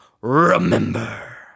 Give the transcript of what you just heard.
remember